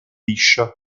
liscia